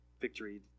victory